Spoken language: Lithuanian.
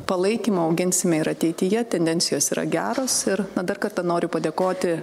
palaikymą auginsime ir ateityje tendencijos yra geros ir dar kartą noriu padėkoti